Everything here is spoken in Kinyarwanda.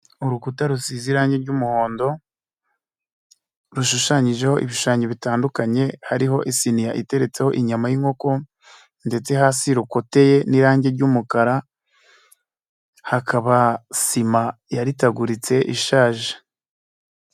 Urukuta rusize irangi ry'umuhondo. Rushushanyijeho ibishushanyo bitandukanye, hariho isiniya iteretseho inyama y'inkoko ndetse hasi rukoye n'irangi ry'umukara. Hakaba sima yaritaguritse ishaje.